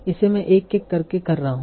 इसे मैं एक एक करके कर रहा हूं